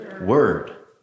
word